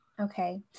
okay